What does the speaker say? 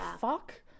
fuck